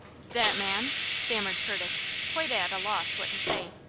that man? stammered curtis, quite at a loss what to say.